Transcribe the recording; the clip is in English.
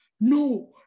No